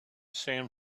san